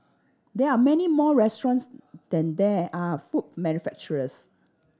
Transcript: there are many more restaurants than there are food manufacturers